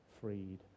freed